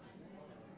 system